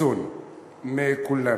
חסון מכולנו.